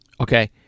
Okay